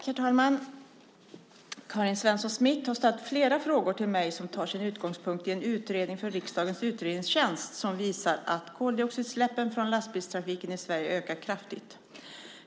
Herr talman! Karin Svensson Smith har ställt flera frågor till mig som tar sin utgångspunkt i en utredning från riksdagens utredningstjänst som visar att koldioxidutsläppen från lastbilstrafiken i Sverige ökar kraftigt.